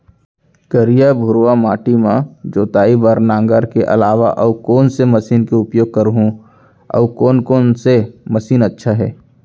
करिया, भुरवा माटी म जोताई बार नांगर के अलावा अऊ कोन से मशीन के उपयोग करहुं अऊ कोन कोन से मशीन अच्छा है?